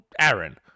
Aaron